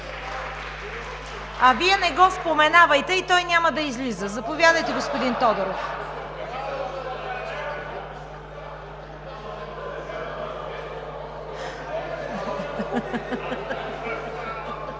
А Вие не го споменавайте и той няма да излиза. (Оживление.) Заповядайте, господин Тодоров.